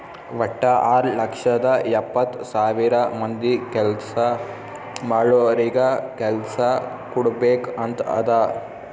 ವಟ್ಟ ಆರ್ ಲಕ್ಷದ ಎಪ್ಪತ್ತ್ ಸಾವಿರ ಮಂದಿ ಕೆಲ್ಸಾ ಮಾಡೋರಿಗ ಕೆಲ್ಸಾ ಕುಡ್ಬೇಕ್ ಅಂತ್ ಅದಾ